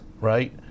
right